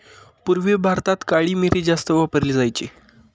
पूर्वी भारतात काळी मिरी जास्त वापरली जायची